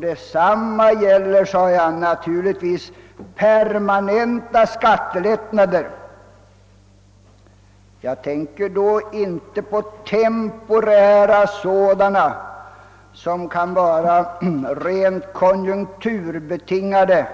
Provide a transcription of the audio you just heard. Detsamma gäller, sade jag, naturligtvis permanenta skattelättnader. Jag tänker då inte på temporära sådana, som kan vara rent konjunkturbetingade